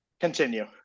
Continue